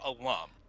alum